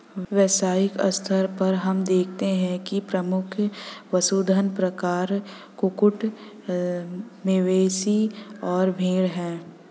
वैश्विक स्तर पर हम देखते हैं कि प्रमुख पशुधन प्रकार कुक्कुट, मवेशी और भेड़ हैं